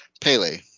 pele